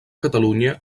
catalunya